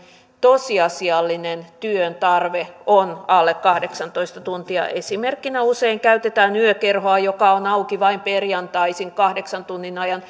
tosiasiallinen työn tarve on alle kahdeksantoista tuntia esimerkkinä usein käytetään yökerhoa joka on auki vain perjantaisin kahdeksan tunnin ajan